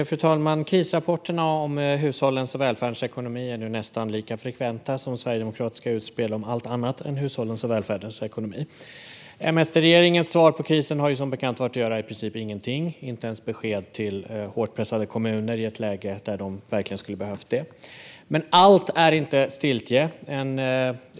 Fru talman! Krisrapporterna om hushållens och välfärdens ekonomi är nu nästan lika frekventa som sverigedemokratiska utspel om allt annat än hushållens och välfärdens ekonomi. M-SD-regeringens svar på krisen har som bekant varit att göra i princip ingenting. Den har inte ens gett besked till hårt pressade kommuner i ett läge där de verkligen skulle ha behövt det. Men allt är inte stiltje.